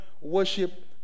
worship